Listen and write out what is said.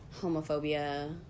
homophobia